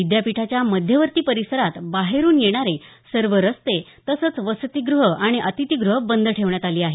विद्यापीठाच्या मध्यवर्ती परिसरात बाहेरुन येणारे सर्व रस्ते तसंच वसतीग्रह अतिथीग्रहे बंद ठेवण्यात आली आहेत